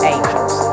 Angels